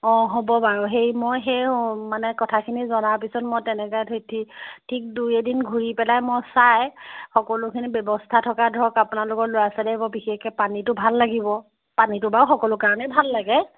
অঁ হ'ব বাৰু সেই মই সেই মানে কথাখিনি জনাৰ পিছত মই তেনেকৈ ঠিক ঠিক দুই এদিন ঘূৰি পেলাই মই চায় সকলোখিনি ব্যৱস্থা থকা ধৰক আপোনালোকৰ ল'ৰা ছোৱালী থকা ল'ৰা ছোৱালী আহিব বিশষকৈ ধৰক পানীটো ভাল লাগিব পানীটো বাৰু সকলো কাৰণেই ভাল লাগে